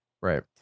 right